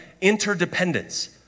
interdependence